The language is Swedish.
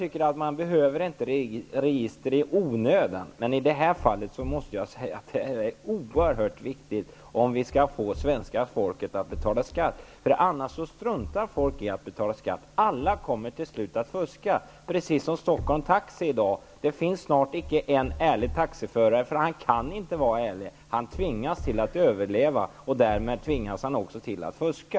Det behövs inte register i onödan, men i det här fallet måste jag säga att detta är oerhört viktigt om vi skall få svenska folket att betala skatt. Annars struntar folk i att betala skatt. Alla kommer till slut att fuska, precis som Stockholm Taxi i dag. Det finns snart icke en ärlig taxiförare, eftersom han inte kan vara ärlig. Han måste överleva, och därmed tvingas han också till att fuska.